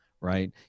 right